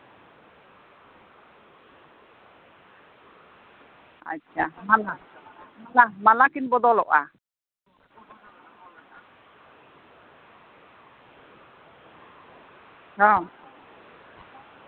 ᱟᱪᱪᱷᱟ ᱢᱟᱞᱟ ᱢᱟᱞᱟ ᱠᱤᱱ ᱵᱚᱫᱚᱞᱚᱜᱼᱟ ᱦᱚᱸ